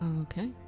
Okay